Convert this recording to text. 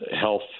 health